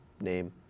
name